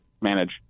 manage